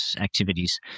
activities